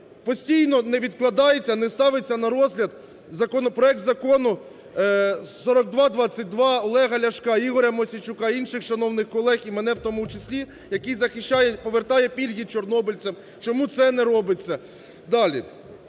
Постійно не відкладається, не ставиться на розгляд законопроект… Закону 4222, Олега Ляшка, Ігоря Мосійчука, інших шановних колег, і в мене в тому числі, який захищає, повертає пільги чорнобильцям. Чому це не робиться?